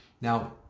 Now